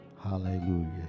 hallelujah